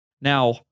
Now